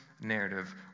narrative